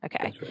Okay